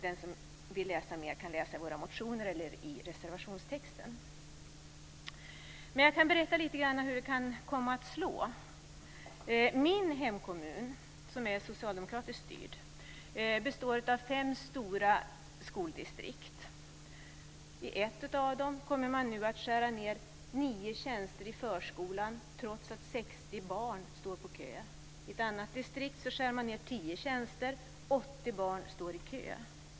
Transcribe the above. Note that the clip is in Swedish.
Den som vill läsa mer kan läsa våra motioner eller reservationstexten. Jag kan berätta lite grann hur det kan komma att slå. Min hemkommun, som är socialdemokratiskt styrd, består av fem stora skoldistrikt. I ett av dem kommer man att skära ned nio tjänster i förskolan trots att 60 barn står i kö. I ett annat distrikt skär man ned tio tjänster, 80 barn står i kö.